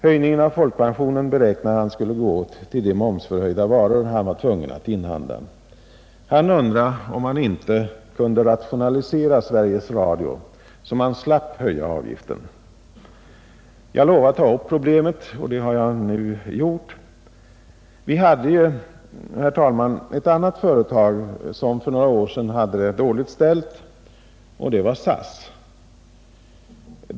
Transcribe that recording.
Höjningen av folkpensionen beräknade han skulle gå åt till momshöjningen på de varor han var tvungen att inhandla. Han undrade om inte Sveriges Radios verksamhet skulle kunna rationaliseras, så att man slapp höja avgiften. Jag lovade att ta upp problemet, och det har jag nu gjort. Jag vill erinra om ett annat företag som för några år sedan hade det dåligt ställt, nämligen SAS.